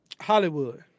Hollywood